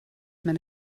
meine